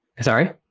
sorry